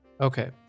Okay